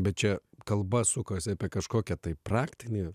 bet čia kalba sukasi apie kažkokią tai praktinį